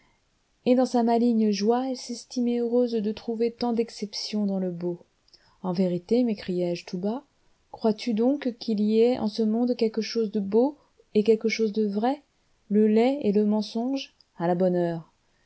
et dans sa maligne joie elle s'estimait heureuse de trouver tant d'exceptions dans le beau en vérité m'écriais-je tout bas crois-tu donc qu'il y ait en ce monde quelque chose de beau et quelque chose de vrai le laid et le mensonge à la bonne heure